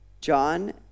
John